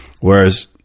whereas